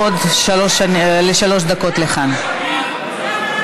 בתאריך 6 בדצמבר 2017,